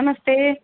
नमस्ते